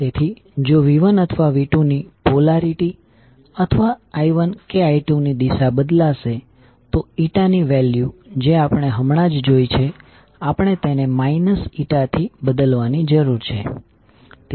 તેથી જો V1 અથવા V2 ની પોલારીટી અથવા I1કે I2 ની દિશા બદલાશે તો n ની વેલ્યુ જે આપણે હમણાં જ જોઈ છે આપણે તેને n થી બદલવાની જરૂર છે